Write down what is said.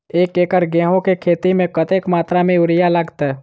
एक एकड़ गेंहूँ केँ खेती मे कतेक मात्रा मे यूरिया लागतै?